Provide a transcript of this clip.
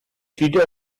wieder